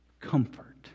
comfort